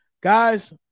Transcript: guys